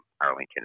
Arlington